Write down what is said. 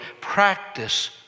practice